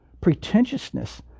Pretentiousness